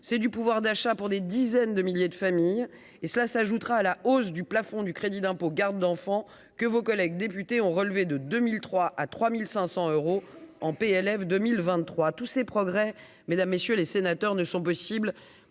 c'est du pouvoir d'achat pour des dizaines de milliers de familles et cela s'ajoutera à la hausse du plafond du crédit d'impôt, garde d'enfants, que vos collègues députés ont relevé de 2003 à 3500 euros en PLF 2023, tous ces progrès, mesdames, messieurs les sénateurs ne sont possibles,